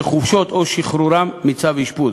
לחופשות או שחרורם מצו אשפוז.